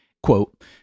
Quote